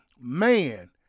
man